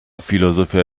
filozofia